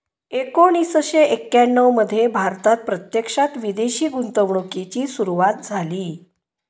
एकोणीसशे एक्याण्णव मध्ये भारतात प्रत्यक्षात विदेशी गुंतवणूकीची सुरूवात झाली